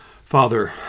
Father